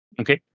Okay